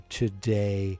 today